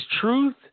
Truth –